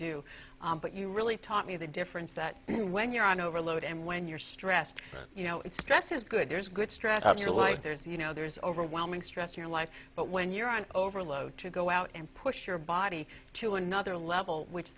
do but you really taught me the difference that when you're on overload and when you're stressed you know it's stress is good there's good stress of your life there's you know there's overwhelming stress your life but when you're on overload to go out and push your body to another level which